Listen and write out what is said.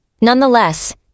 Nonetheless